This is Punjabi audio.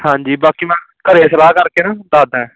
ਹਾਂਜੀ ਬਾਕੀ ਮੈਂ ਘਰੇ ਸਲਾਹ ਕਰਕੇ ਨਾ ਦੱਸਦਾ